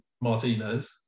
Martinez